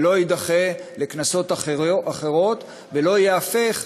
ולא יידחה לכנסות אחרות, ולא ייהפך,